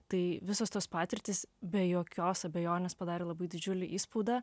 tai visos tos patirtys be jokios abejonės padarė labai didžiulį įspaudą